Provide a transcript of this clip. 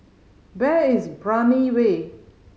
where is Brani Way